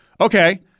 Okay